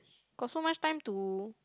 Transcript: got so much time to